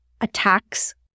attacks